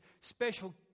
special